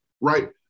right